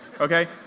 Okay